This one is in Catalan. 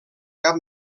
cap